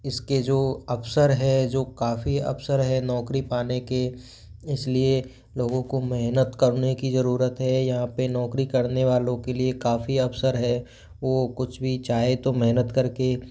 इसके जो अवसर है जो काफ़ी अवसर है नौकरी पाने के इसलिए लोगों को मेहनत करने की ज़रूरत है यहाँ पर नौकरी करने वालो के लिए काफ़ी अवसर है वो कुछ भी चाहे तो मेहनत करके